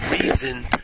reason